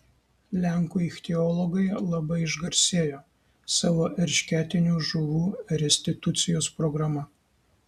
lenkų ichtiologai labai išgarsėjo savo eršketinių žuvų restitucijos programa